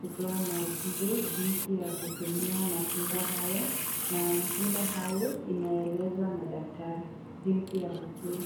kutoa maagizo jinsi ya kutumia matunda haya na matunda hayo inaelezwa na daktari jinsi ya kukula.